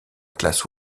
classe